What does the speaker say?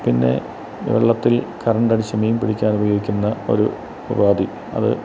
പിന്നെ വെള്ളത്തിൽ കറണ്ട് അടിച്ച് മീൻ പിടിക്കാൻ ഉപയോഗിക്കുന്ന ഒരു ഉപാധി അത്